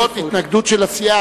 זאת התנגדות של הסיעה,